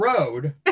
road